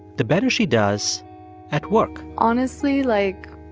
the better she does at work honestly, like,